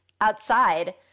outside